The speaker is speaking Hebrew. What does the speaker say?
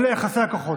אלה יחסי הכוחות.